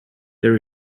there